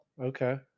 Okay